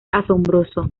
asombroso